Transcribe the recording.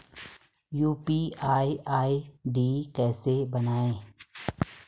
UPI ID कैसे बनायें?